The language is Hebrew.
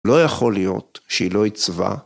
‫לא יכול להיות שהיא לא עיצבה.